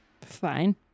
fine